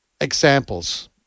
examples